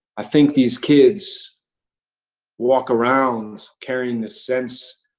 i think these kids walk around carrying the sense